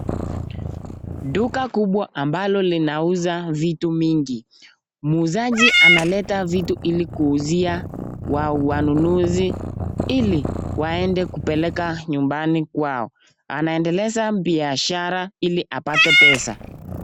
Duka kubwa ambalo linauza vitu mingi mwuzaji analeta vitu ili kuuzia wanunuzi ili waende kupeleka nyumbani kwao anaendeleza biashara ili apate pesa.